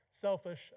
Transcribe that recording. selfish